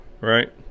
right